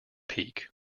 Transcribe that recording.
peak